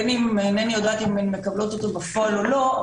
אינני יודעת אם הן מקבלות אותו בפועל או לא,